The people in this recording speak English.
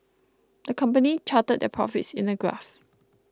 the company charted their profits in a graph